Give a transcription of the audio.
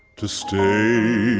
to stay